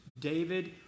David